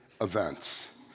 events